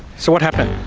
so, what happened?